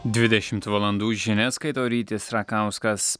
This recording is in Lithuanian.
dvidešimt valandų žinias skaito rytis rakauskas